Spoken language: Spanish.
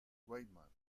weimar